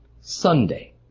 Sunday